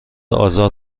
آزاد